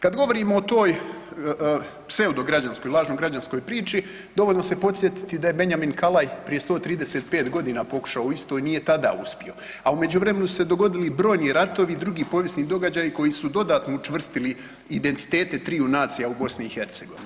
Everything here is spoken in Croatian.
Kad govorimo o toj pseudograđanskoj, lažno građanskoj priči, dovoljno se podsjetiti da je Benjamin Kallay prije 135 godina pokušao isto i nije tada uspio, a u međuvremenu su se dogodili brojni ratovi i drugi povijesni događaji koji su dodatno učvrstili identitete triju nacija u BiH.